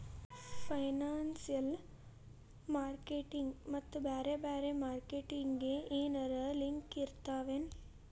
Financial marketing ಮತ್ತ ಬ್ಯಾರೆ ಬ್ಯಾರೆ ಮಾರ್ಕೆಟಿಂಗ್ ಗೆ ಏನರಲಿಂಕಿರ್ತಾವೆನು?